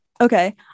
Okay